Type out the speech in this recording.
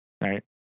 right